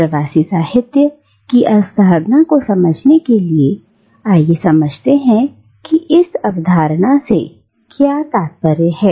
प्रवासी साहित्य की इस अवधारणा को समझने के लिए आइए समझते हैं कि इस अवधारणा से क्या तात्पर्य है